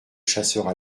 chasseurs